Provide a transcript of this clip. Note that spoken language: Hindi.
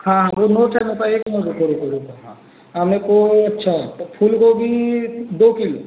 हाँ वो नोट है मेरे पास एक मिनट रुको रुको रुको हाँ मेरे को अच्छा फूल गोभी दो किलो